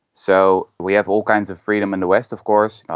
so we have all kinds of freedom in the west of course,